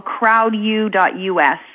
CrowdU.us